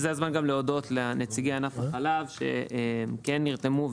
זה הזמן גם להודות לנציגי ענף החלב שכן נרתמו,